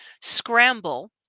Scramble